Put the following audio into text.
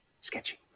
sketchy